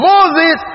Moses